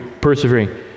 persevering